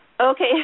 Okay